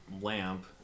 lamp